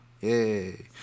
yay